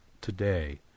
today